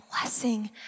blessing